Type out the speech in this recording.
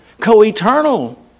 co-eternal